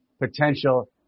potential